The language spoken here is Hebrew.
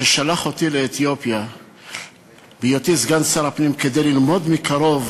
ששלח אותי לאתיופיה בהיותי סגן שר הפנים כדי ללמוד מקרוב